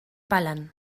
palan